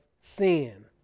sin